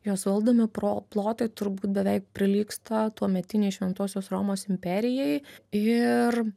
jos valdomi pro plotai turbūt beveik prilygsta tuometinei šventosios romos imperijai ir